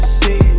see